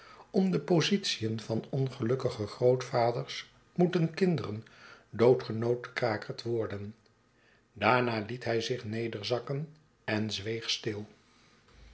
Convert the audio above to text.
om de positien van ongelukkige grootvaders moeten kinderen dood genotenkrakerd worden daarna liet hy zich nederzakken en zweeg stil